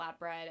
flatbread